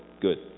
Good